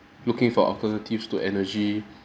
looking for alternatives to energy